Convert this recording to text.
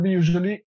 usually